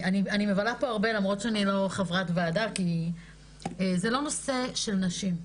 אני מבלה פה הרבה למרות שאני לא חברת ועדה כי זה לא נושא של נשים.